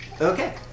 Okay